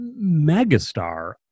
megastar